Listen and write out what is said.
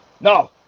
no